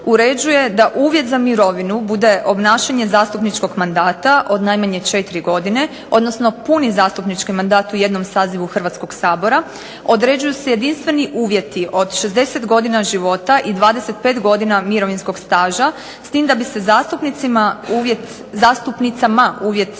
uređuje da uvjet za mirovinu bude obnašanje zastupničkog mandata od najmanje 4 godine, odnosno puni zastupnički mandat u jednom sazivu Hrvatskog sabora određuju se jedinstveni uvjeti od 60 godina života i 25 godina mirovinskog staža, s tim da bi se zastupnicama uvjet starosti